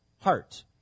heart